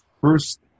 first